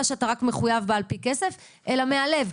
שאתה רק מחויב בה על-פי כסף אלא מהלב,